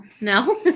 No